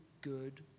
good